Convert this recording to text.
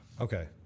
Okay